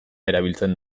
erabiltzen